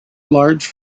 large